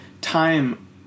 time